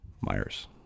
Myers